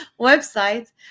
website